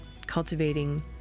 Cultivating